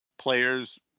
Players